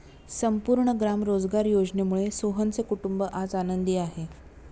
संपूर्ण ग्राम रोजगार योजनेमुळे सोहनचे कुटुंब आज आनंदी आहे